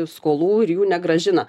skolų ir jų negrąžina